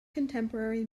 contemporary